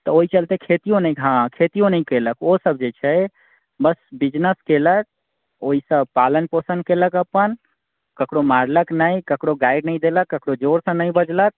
तऽ ओहि चलते खेतिओ नहि हँ खेतिओ नहि केलक ओ सभ जे छै बस बिजनेस केलक ओहिसँ पालन पोषण केलक अपन ककरो मारलक नहि ककरो गाड़ि नहि देलक ककरो जोरसँ नहि बजलक